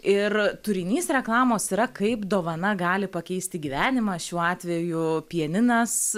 ir turinys reklamos yra kaip dovana gali pakeisti gyvenimą šiuo atveju pianinas